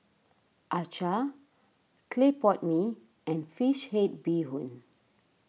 Acar Clay Pot Mee and Fish Head Bee Hoon